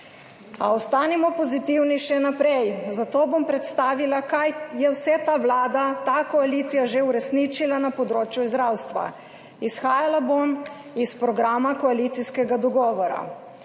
A ostanimo pozitivni še naprej, zato bom predstavila, kaj vse je ta vlada, ta koalicija že uresničila na področju zdravstva. Izhajala bom iz programa koalicijskega dogovora.